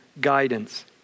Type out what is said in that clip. guidance